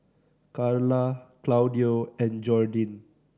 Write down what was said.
Carla Claudio and Jordin